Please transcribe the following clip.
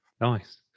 Nice